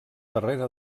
darrere